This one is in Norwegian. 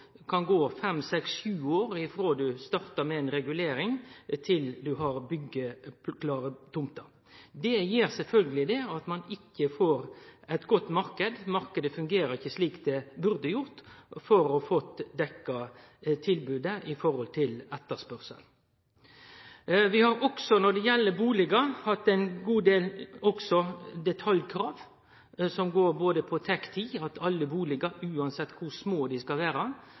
kan gå fem, seks, sju år frå ein startar med ei regulering, til ein har byggjeklare tomter. Det gjer sjølvsagt at ein ikkje får ein god marknad. Marknaden fungerer ikkje slik han burde gjort for at tilbodet skulle dekkje etterspørselen. Vi har også når det gjeld bustader, ein god del detaljkrav, som går bl.a. på TEK 10, at det i alle bustader, uansett kor små de skal